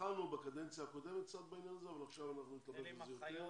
התחלנו קצת בקדנציה הקודמת אבל עכשיו נטפל בזה יותר.